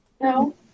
No